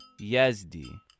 Yazdi